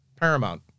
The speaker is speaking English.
Paramount